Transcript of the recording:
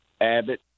Abbott